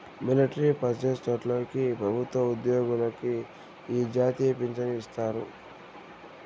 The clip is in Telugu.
మిలట్రీ పన్జేసేటోల్లకి పెబుత్వ ఉజ్జోగులకి ఈ జాతీయ పించను ఇత్తారు